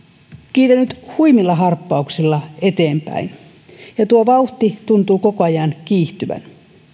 kiitänyt huimilla harppauksilla eteenpäin ja tuo vauhti tuntuu koko ajan kiihtyvän